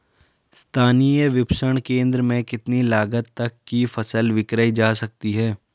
स्थानीय विपणन केंद्र में कितनी लागत तक कि फसल विक्रय जा सकती है?